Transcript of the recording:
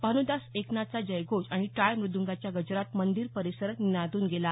भान्दासएकनाथ चा जयघोष आणि टाळ मृदंगाच्या गजरात मंदिर परिसर निनादन गेला